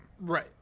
right